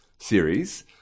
series